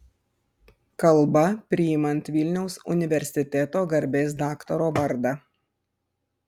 kalba priimant vilniaus universiteto garbės daktaro vardą